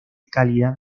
cálida